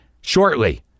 shortly